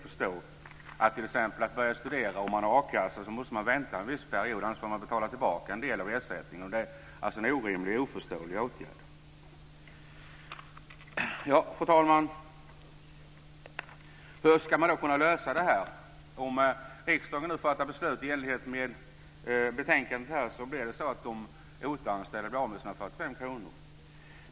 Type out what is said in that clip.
Om man t.ex. har a-kassa och börjar studera måste man vänta en viss period, för annars får man betala tillbaka en del av ersättningen. Det är en orimlig och oförståelig åtgärd. Fru talman! Hur ska man då kunna lösa det här? Om riksdagen nu fattar beslut i enlighet med betänkandet blir de OTA-anställda av med sina 45 kr.